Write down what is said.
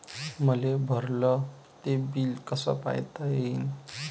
मले भरल ते बिल कस पायता येईन?